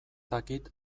dakit